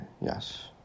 yes